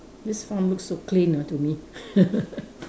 this farm looks so clean ah to me